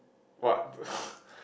what